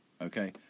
Okay